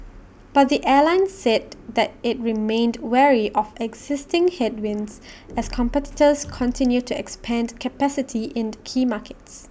but the airline said that IT remained wary of existing headwinds as competitors continue to expand capacity in key markets